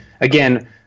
Again